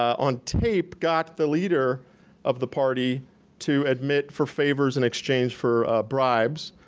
on tape got the leader of the party to admit for favors in exchange for bribes.